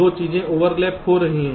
2 चीजें ओवरलैप हो रही हैं